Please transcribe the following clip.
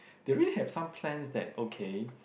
they already have some plans that okay